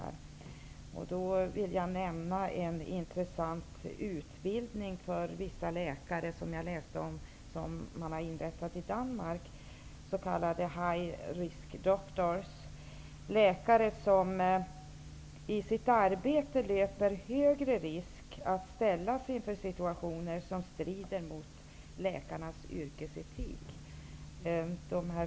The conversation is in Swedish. Jag vill i detta sammanhang nämna en intressant utbildning för vissa läkare som jag har läst om och som man har inrättat i Danmark för s.k. high-riskdoctors. Det är läkare som i sitt arbete löper en högre risk att ställas inför situationer som strider mot läkarnas yrkesetik.